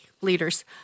leaders